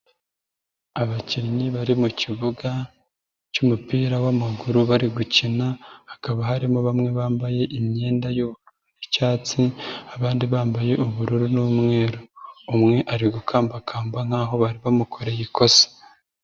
Abakinnyi bari mukibuga cy'umupira w'amaguru bari gukina, hakaba harimo bamwe bambaye imyenda y'icyatsi, abandi bambaye ubururu n'umweru. Umwe ari gukambakamba nkaho bari bamukoreye ikosa.